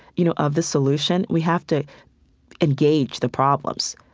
you know, of the solution, we have to engage the problems.